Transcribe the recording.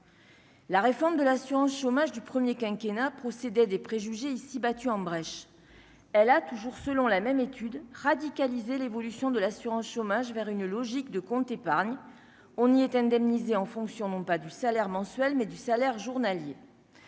La réforme de l'assurance-chômage, du premier quinquennat procédaient des préjugés ici battue en brèche, elle a toujours selon la même étude radicaliser l'évolution de l'assurance chômage vers une logique de comptes épargne, on y est indemnisé en fonction non pas du salaire mensuel, mais du salaire journalier,